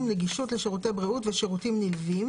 נגישות לשירותי בריאות ושירותים נלווים,